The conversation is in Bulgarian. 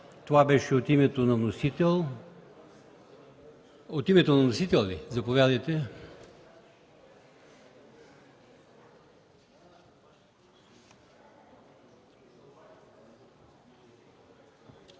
Това беше от името на вносител. От името на вносител ли? Заповядайте.